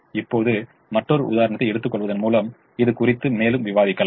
இப்போது மற்றொரு உதாரணத்தை எடுத்துக்கொள்வதன் மூலம் இது குறித்து மேலும் விவாதிக்கலாம்